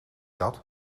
dat